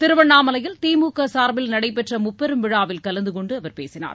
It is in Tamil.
திருவண்ணாமலையில் திமுக சார்பில் நடைபெற்ற முப்பெரும் விழாவில் கலந்து கொண்டு அவர் பேசினார்